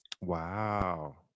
wow